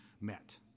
met